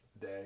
day